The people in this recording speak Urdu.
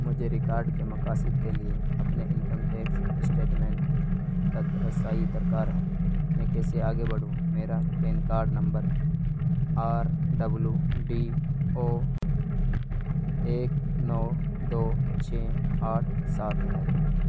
مجھے ریکارڈ کے مقاصد کے لیے اپنے انکم ٹیکس اسٹیٹمنٹ تک رسائی درکار ہے میں کیسے آگے بڑھوں میرا PAN card number R W D O ایک نو دو چھ آٹھ سات ہے